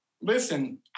Listen